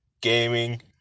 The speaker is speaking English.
Gaming